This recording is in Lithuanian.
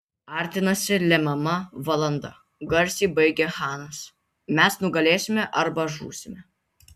artinasi lemiama valanda garsiai baigė chanas mes nugalėsime arba žūsime